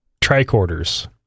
tricorders